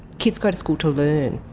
kids go to school to learn.